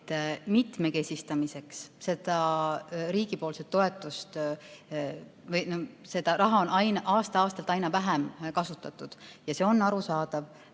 et mitmekesistamiseks seda riigi toetust on aasta-aastalt aina vähem kasutatud. Ja see on arusaadav